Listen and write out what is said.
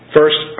First